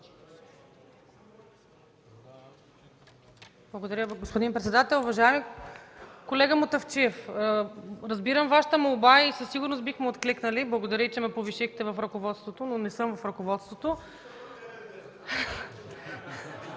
Благодаря Ви, господин председател. Уважаеми колега Мутафчиев, разбирам Вашата молба и със сигурност бихме откликнали. Благодаря, че ме повишихте – в ръководството, но не съм в ръководството.